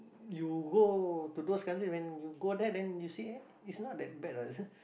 you go to those country when you go there then you see eh it's not that bad ah